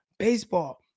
Baseball